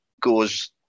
goes